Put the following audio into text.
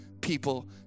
people